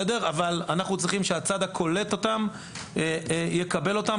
אנחנו צריכים שהצד הקולט יקבל אותם.